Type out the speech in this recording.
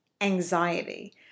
anxiety